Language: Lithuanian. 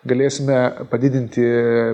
galėsime padidinti